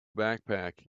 backpack